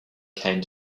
came